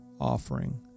offering